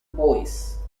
boys